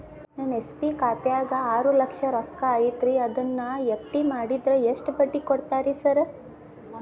ನನ್ನ ಎಸ್.ಬಿ ಖಾತ್ಯಾಗ ಆರು ಲಕ್ಷ ರೊಕ್ಕ ಐತ್ರಿ ಅದನ್ನ ಎಫ್.ಡಿ ಮಾಡಿದ್ರ ಎಷ್ಟ ಬಡ್ಡಿ ಕೊಡ್ತೇರಿ ಸರ್?